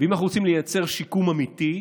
אם אנחנו רוצים לייצר שיקום אמיתי,